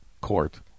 court